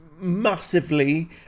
massively